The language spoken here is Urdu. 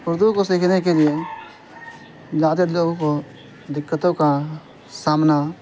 اردو کو سیکھنے کے لیے زیادہ تر لوگوں کو دقتوں کا سامنا